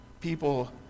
people